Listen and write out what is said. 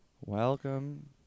Welcome